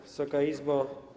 Wysoka Izbo!